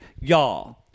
Y'all